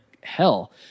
hell